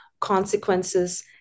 Consequences